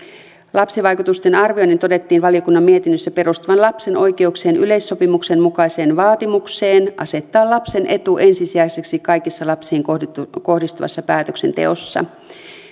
lapsivaikutusten arvioinnin todettiin valiokunnan mietinnössä perustuvan lapsen oikeuksien yleissopimuksen mukaiseen vaatimukseen asettaa lapsen etu ensisijaiseksi kaikessa lapsiin kohdistuvassa päätöksenteossa